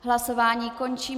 Hlasování končím.